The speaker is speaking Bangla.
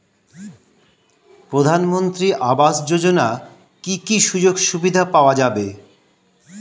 প্রধানমন্ত্রী আবাস যোজনা কি কি সুযোগ সুবিধা পাওয়া যাবে?